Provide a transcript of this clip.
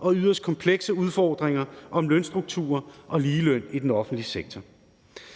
og yderst komplekse udfordringer med lønstrukturer og ligeløn i den offentlige sektor.